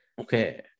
Okay